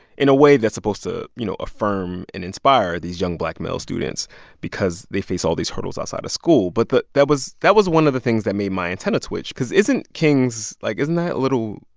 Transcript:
in a way, that's supposed to, you know, affirm and inspire these young black male students because they face all these hurdles outside of school. but the that was that was one of the things that made my antenna twitch because isn't kings like, isn't that a little,